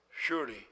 Surely